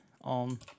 on